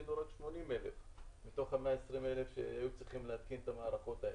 התקינו רק 80,000 מתוך 120,000 שהיו צריכים להתקין את המערכות האלה.